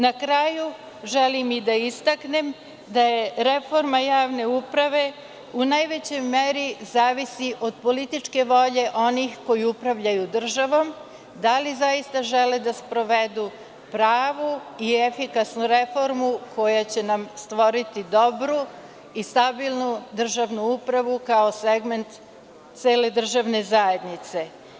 Na kraju želim i da istaknem da reforma javne uprave u najvećoj meri zavisi od političke volje onih koji upravljaju državom, da li zaista žele da sprovedu pravu i efikasnu reformu koja će nam stvoriti dobru i stabilnu državnu upravu kao segment cele državne zajednice.